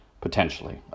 potentially